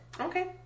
Okay